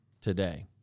today